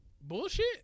bullshit